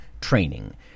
training